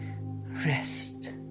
rest